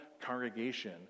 congregation